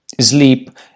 sleep